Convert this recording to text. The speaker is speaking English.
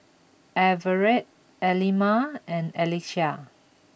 Everette Aleena and Alycia